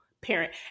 parent